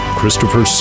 Christopher